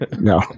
No